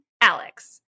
Alex